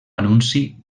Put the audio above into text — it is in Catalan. anunci